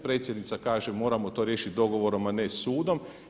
Predsjednica kaže moramo to riješiti dogovorom a ne sudom.